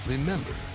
Remember